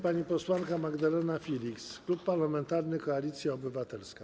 Pani posłanka Magdalena Filiks, Klub Parlamentarny Koalicja Obywatelska.